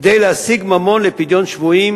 כדי להשיג ממון לפדיון שבויים,